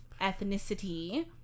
ethnicity